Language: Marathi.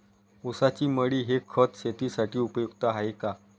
ऊसाची मळी हे खत शेतीसाठी उपयुक्त आहे का?